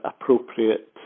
appropriate